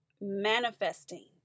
Manifesting